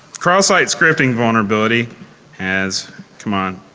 cross-site scripting vulnerability has come on,